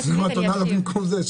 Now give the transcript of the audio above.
אז למה את עונה במקום זה?